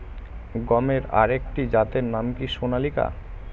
গমের আরেকটি জাতের নাম কি সোনালিকা?